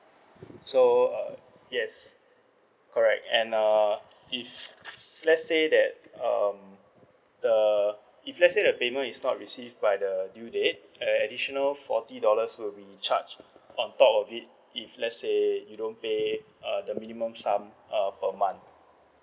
so uh yes correct and uh if let's say that um the if let's say the payment is not received by the due date an additional forty dollars will be charged on top of it if let's say you don't pay uh the minimum sum uh per month